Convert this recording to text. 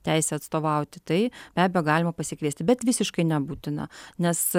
teisę atstovauti tai be abejo galima pasikviesti bet visiškai nebūtina nes